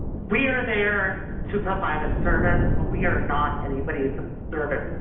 we are there to provide a service, but we are not anybody's servant. and